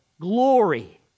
glory